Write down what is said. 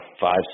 five